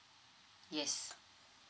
yes